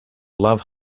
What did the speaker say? love